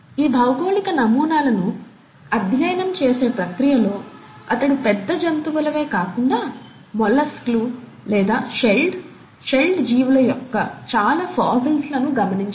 ఈ భౌగోళిక నమూనాలను అధ్యయనం చేసే ప్రక్రియలో అతను పెద్ద జంతువులవే కాకుండా మొలస్క్లు లేదా షెల్డ్ షెల్డ్ జీవుల యొక్క చాలా ఫాసిల్స్ లను గమనించాడు